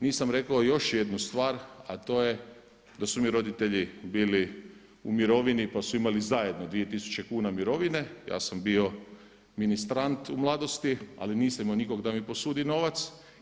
Nisam rekao još jednu stvar, a to je da su mi roditelji bili u mirovini pa su imali zajedno 2000 kuna mirovine, ja sam bio ministrant u mladosti, ali nisam imao nikog da mi posudi novac.